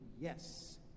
yes